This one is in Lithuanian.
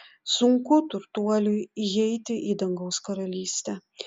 sunku turtuoliui įeiti į dangaus karalystę